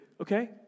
okay